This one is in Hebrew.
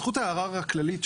זו ההבהרה.